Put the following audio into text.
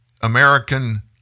American